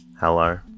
Hello